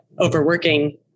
overworking